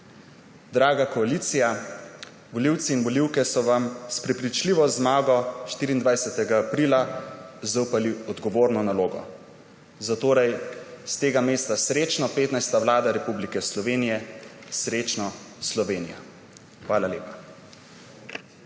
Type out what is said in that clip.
Draga koalicija, volivke in volivci so vam s prepričljivo zmago 24. aprila zaupali odgovorno nalogo. Zatorej s tega mesta: srečno, 15. vlada Republike Slovenije, srečno, Slovenija! Hvala lepa.